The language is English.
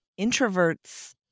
introverts